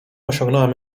osiągnąłem